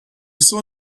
saw